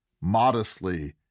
modestly